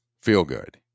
feel-good